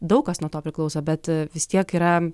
daug kas nuo to priklauso bet vis tiek yra